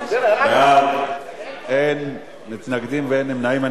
אין מתנגדים ואין נמנעים.